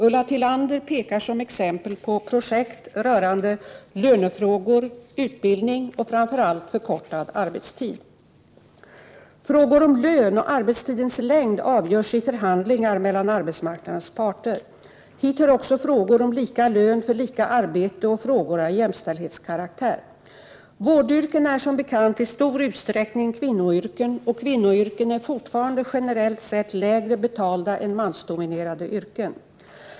Ulla Tillander pekar som exempel på projekt rörande - lönefrågor, - utbildning, och framför allt - förkortad arbetstid. Frågor om lön och om arbetstidens längd avgörs i förhandlingar mellan arbetsmarknadens parter. Hit hör också frågor om lika lön för lika arbete och frågor av jämställdhetskaraktär. Vårdyrkena är som bekant i stor utsträckning kvinnoyrken, och kvinnoyrken är fortfarande generellt sett lägre betalda än mansdominerade yrken.